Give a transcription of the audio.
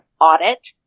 audit